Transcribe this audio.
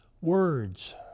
Words